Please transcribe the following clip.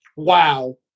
Wow